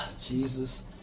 Jesus